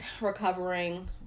recovering